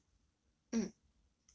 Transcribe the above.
mm